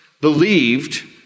believed